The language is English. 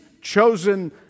chosen